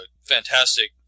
fantastic